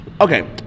Okay